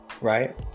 right